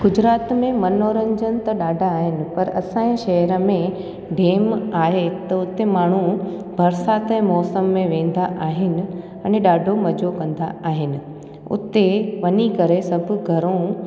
गुजरात में मनोरंजन त ॾाढा आहिनि पर असांजे शहर में डेम आहे त हुते माण्हू बरसाति जे मौसम में वेंदा आहिनि अने ॾाढो मज़ो कंदा आहिनि उते वञी करे सभु घरो